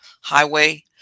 highway